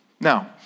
Now